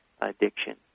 addiction